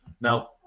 Now